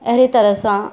अहिड़े तरहि सां